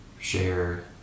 share